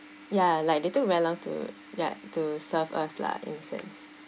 ya like they took very long to ya to serve us lah in a sense